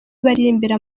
baririmbira